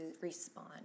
respond